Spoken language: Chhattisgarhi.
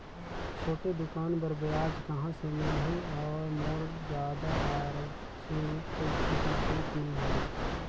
छोटे दुकान बर ब्याज कहा से मिल ही और मोर जादा आरथिक स्थिति ठीक नी हवे?